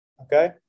Okay